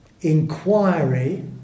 Inquiry